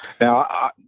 now